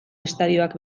estadioak